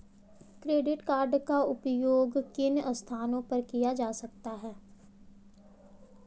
Credit card का उपयोग किन स्थानों पर किया जा सकता है?